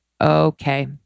okay